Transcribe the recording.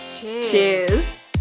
cheers